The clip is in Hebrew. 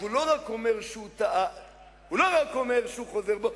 אז הוא לא רק אומר שהוא חוזר בו,